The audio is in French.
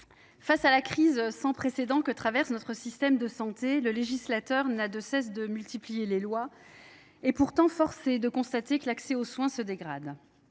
face à la crise sans précédent que traverse notre système de santé, le législateur n’a de cesse de multiplier les lois. Pourtant, force est de constater que l’accès aux soins se dégrade.